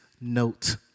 note